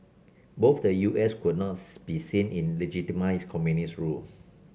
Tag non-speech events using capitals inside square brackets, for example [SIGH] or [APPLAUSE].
both the U S could not [UNINTELLIGIBLE] be seen in legitimise communist rule